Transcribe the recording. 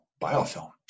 biofilm